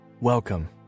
welcome